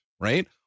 right